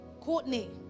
Courtney